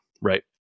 right